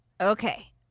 Okay